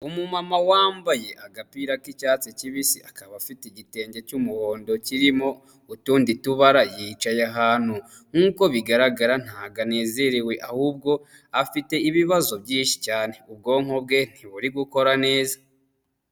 Umumama wambaye agapira k'icyatsi kibisi akaba afite igitenge cy'umuhondo kirimo utundi tubara yicaye ahantu nk'uko bigaragara ntago anezerewe ahubwo afite ibibazo byinshi cyane ubwonko bwe ntiburi gukora neza.